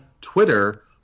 Twitter